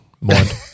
mind